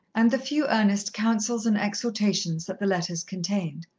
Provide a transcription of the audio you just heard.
and the few earnest counsels and exhortations that the letters contained.